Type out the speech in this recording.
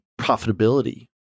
profitability